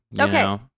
Okay